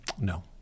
No